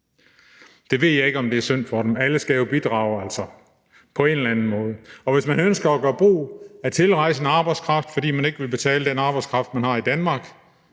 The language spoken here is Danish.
Jeg ved ikke, om det er synd for dem – alle skal jo altså bidrage på en eller anden måde. Og hvis man ønsker at gøre brug af tilrejsende arbejdskraft, fordi man ikke vil betale den arbejdskraft, man har i Danmark,